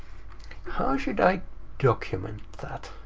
how should i document that?